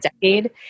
decade